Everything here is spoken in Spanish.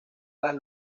las